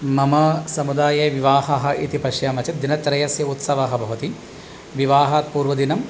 मम समुदाये विवाहः इति पश्यामः चेत् दिनत्रयस्य उत्सवः भवति विवाहात् पूर्वदिनम्